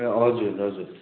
ए हजुर हजुर